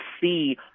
see